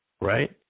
right